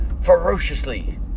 ferociously